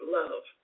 love